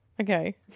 okay